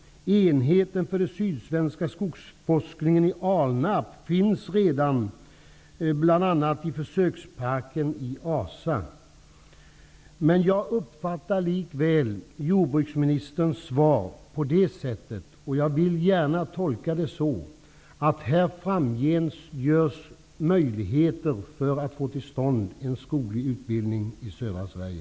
Enheten för den sydsvenska skogsforskningen i Alnarp finns redan, bl.a. i försöksparken i Asa. Jag uppfattar likväl jordbruksministerns svar på det sättet, och jag vill gärna tolka det så, att det finns en möjlighet att det framgent kommer att finnas en skoglig utbildning i södra Sverige.